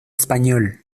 español